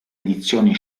edizione